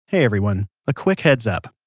hey everyone. a quick heads up.